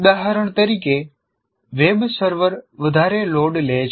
ઉદાહરણ તરીકે વેબસર્વર વધારે લોડ લે છે